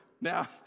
Now